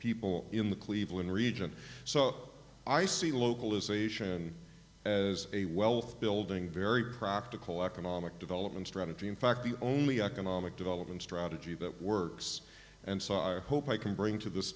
people in the cleveland region so i see localization as a wealth building very practical economic development strategy in fact the only economic development strategy that works and so i hope i can bring to this